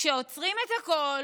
כשעוצרים את הכול,